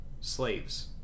slaves